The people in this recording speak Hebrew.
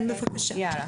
כן בבקשה.